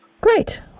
Great